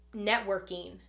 networking